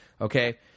Okay